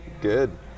good